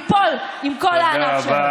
ייפול עם כל הענף שלו.